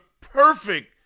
perfect